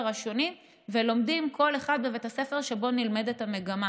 השונים ולומדים כל אחד בבית הספר שבו נלמדת המגמה.